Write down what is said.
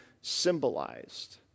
symbolized